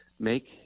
make